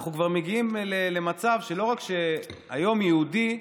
אנחנו כבר מגיעים למצב שהיום יהודי,